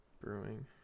Brewing